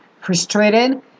frustrated